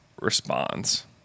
responds